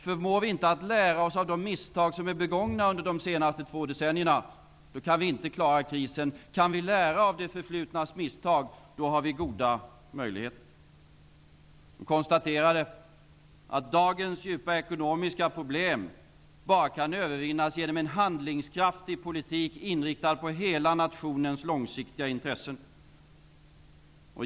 Förmår vi inte att lära av de misstag som är begångna under de två senaste decennierna kan vi inte klara krisen. Kan vi lära av misstagen begångna i det förflutna har vi goda möjligheter. Kommissionen konstaterar att dagens djupa ekonomiska problem bara kan övervinnas genom en handlingskraftig politik inriktad på hela nationens långsiktiga intressen.